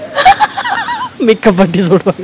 makeup artist worldwide